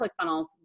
ClickFunnels